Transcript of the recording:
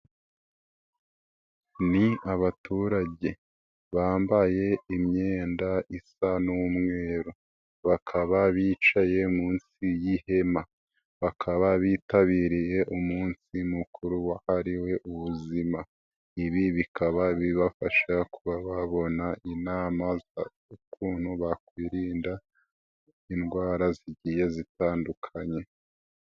Ni abaturage bambaye imyenda isa n'umweru, bakaba bicaye munsi y'ihema, bakaba bitabiriye umunsi mukuru wahariwe ubuzima, ibi bikaba bibafasha kuba babona inama z'ukuntu bakwirinda indwara zigiye zitandukanye.